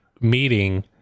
meeting